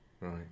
right